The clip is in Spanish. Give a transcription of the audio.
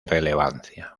relevancia